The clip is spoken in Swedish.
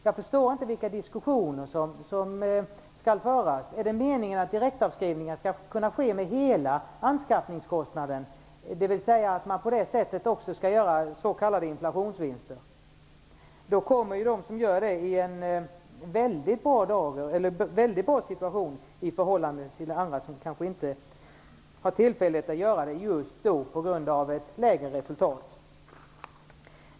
Jag förstår inte vilka diskussioner som skall föras. Är det meningen att direktavskrivning skall kunna ske avseende hela anskaffningskostnaden, dvs. att man på det sättet också skall kunna göra s.k. inflationsvinster? I så fall hamnar de som gör direktavskrivning i en väldigt bra situation i förhållande till andra som inte har tillfälle att göra detta på grund av sämre resultat.